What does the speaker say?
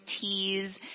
teas